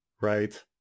right